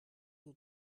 you